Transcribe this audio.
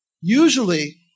Usually